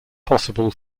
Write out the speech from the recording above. possible